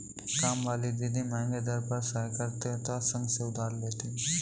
कामवाली दीदी महंगे दर पर सहकारिता संघ से उधार लेती है